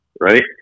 right